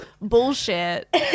bullshit